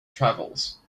travels